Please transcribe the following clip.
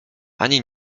ani